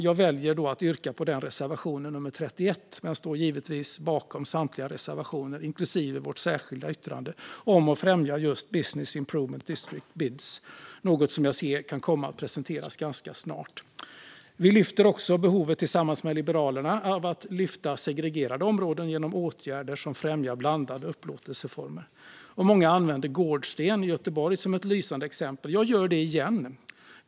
Jag väljer att yrka bifall till reservation 31, men jag står givetvis bakom samtliga våra reservationer, inklusive vårt särskilda yttrande om att främja just business improvement districts - BID:s - något som kan komma att presenteras ganska snart. Tillsammans med Liberalerna lyfter vi också fram behovet av att lyfta segregerade områden genom åtgärder som främjar blandade upplåtelseformer. Många använder Gårdsten i Göteborg som ett lysande exempel Jag gör det igen.